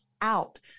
out